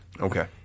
Okay